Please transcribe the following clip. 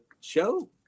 show